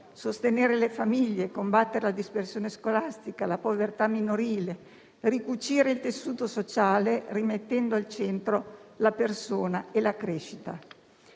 sostenere le famiglie, combattere la dispersione scolastica e la povertà minorile, ricucire il tessuto sociale rimettendo al centro la persona e la crescita.